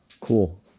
Cool